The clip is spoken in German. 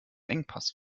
engpass